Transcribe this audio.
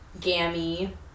Gammy